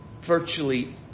virtually